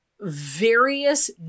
various